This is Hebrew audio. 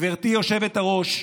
גברתי היושבת-ראש,